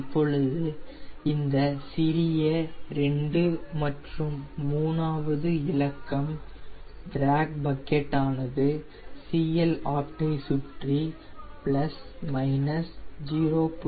இப்பொழுது இந்த சிறிய 2 மற்றும் 3 ஆவது இலக்கம் டிராக் பக்கெட் ஆனது CLopt ஐ சுற்றி பிளஸ் மைனஸ் 0